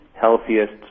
healthiest